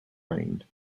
reigned